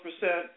percent